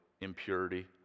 impurity